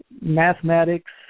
mathematics